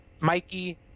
Mikey